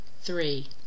three